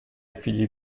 figli